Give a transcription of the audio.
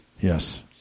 Yes